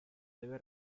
debe